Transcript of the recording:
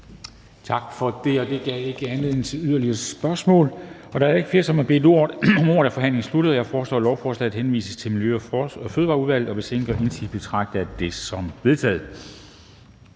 Tak for det. Det gav ikke anledning til yderligere spørgsmål. Da der ikke er flere, som har bedt om ordet, er forhandlingen sluttet. Jeg foreslår, at lovforslaget henvises til Miljø- og Fødevareudvalget. Og hvis ingen gør indsigelse, betragter jeg det som vedtaget.